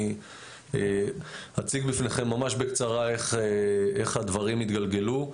אני אציג בפניכם ממש בקצרה איך הדברים התגלגלו.